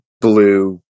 blue